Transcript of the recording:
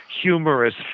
humorous